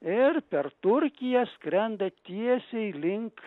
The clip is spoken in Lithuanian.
ir per turkiją skrenda tiesiai link